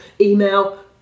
email